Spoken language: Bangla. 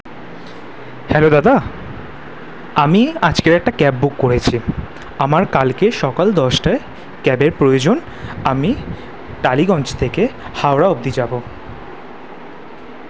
হ্যালো দাদা আমি আজকের একটা ক্যাব বুক করেছি আমার কালকে সকাল দশটায় ক্যাবের প্রয়োজন আমি টালিগঞ্জ থেকে হাওড়া অবধি যাবো